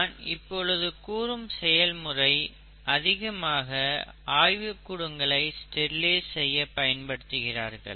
நான் இப்பொழுது கூறும் செயல்முறை அதிகமாக ஆய்வுக்கூடங்களை ஸ்டெரிலைஸ் செய்ய பயன்படுத்துகிறார்கள்